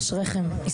אשריכם.